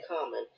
common